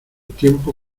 tiempo